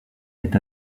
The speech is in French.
est